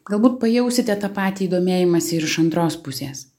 galbūt pajausite tą patį domėjimąsi ir iš antros pusės